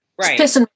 right